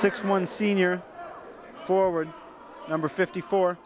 six one senior forward number fifty four